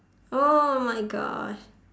oh my gosh